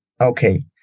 okay